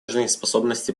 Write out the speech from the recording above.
жизнеспособности